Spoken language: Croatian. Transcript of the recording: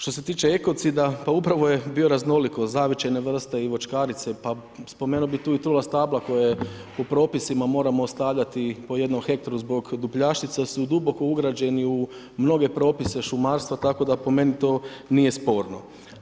Što se tiče ekocida, pa upravo je bioraznolikost, zavičajne vrste i voćkarice, spomenuo bi tu i trula stabla koje po propisima moramo ostavljati po 1 ha, zbog dupljašica su duboko ugrađeni u mnoge propise šumarstva tako da po meni to nije sporno.